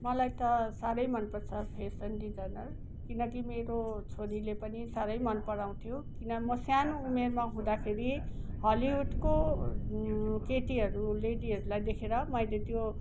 मलाई त साह्रै मन पर्छ फेसन डिजाइनर किनकि मेरो छोरीले पनि साह्रै मन पराउँथ्यो किन म सानो उमेरमा हुँदाखेरि हलिउडको केटीहरू लेडीहरूलाई देखेर मैले त्यो